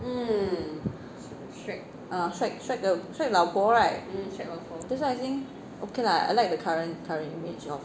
uh shrek shrek 的老婆 right 就是他已经 ok lah I like the current current image of